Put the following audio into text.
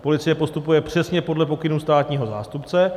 Policie postupuje přesně podle pokynů státního zástupce.